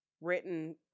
written